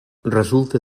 resulta